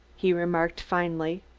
he remarked finally,